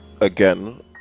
again